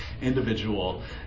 individual